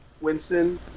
Winston